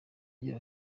agira